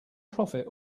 profit